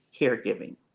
caregiving